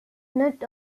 not